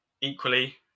Equally